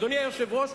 אדוני היושב-ראש,